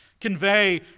convey